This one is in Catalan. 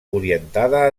orientada